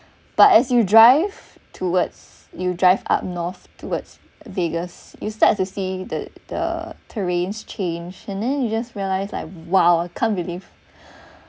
but as you drive towards you drive up north towards vegas you start to see the the terrains change and then you just realize like !wow! I can't believe